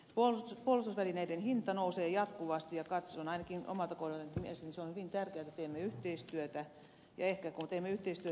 puolustusvälineiden hinta nousee jatkuvasti ja katson ainakin omalta kohdaltani että mielestäni se on hyvin tärkeätä että teemme yhteistyötä